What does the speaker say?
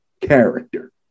character